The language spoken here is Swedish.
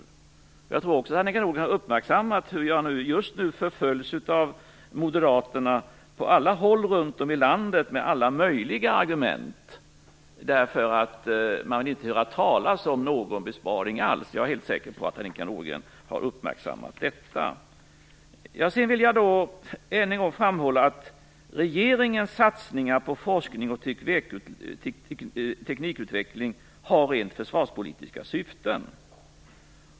Jag är också helt säker på att Annika Nordgren har uppmärksammat hur jag just nu förföljs av Moderaterna på alla håll runt om i landet med alla möjliga argument, därför att de inte vill höra talas om någon besparing alls. Jag vill än en gång framhålla att regeringens satsningar på forskning och teknikutveckling har rent försvarspolitiska syften.